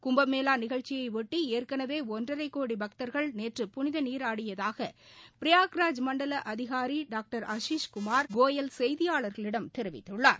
கும்பமேளா நிகழ்ச்சியையொட்டி ஏற்கனவே ஒன்றரைக்கோடி பக்தர்கள் நேற்று புனித நீராடியதாக பிராயாக்ராஜ் மண்டல அதிகார் டாக்டர் ஆஷிஷ் குமார் கோயல் செய்தியாளர்களிடம் தெரிவித்தள்ளார்